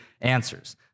answers